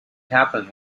happen